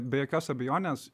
be jokios abejonės